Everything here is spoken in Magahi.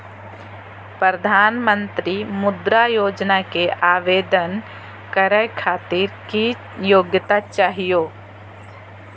प्रधानमंत्री मुद्रा योजना के आवेदन करै खातिर की योग्यता चाहियो?